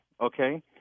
okay